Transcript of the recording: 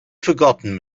forgotten